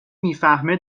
میفهمه